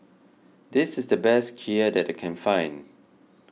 this is the best Kheer that I can find